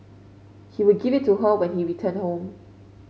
he would give it to her when he returned home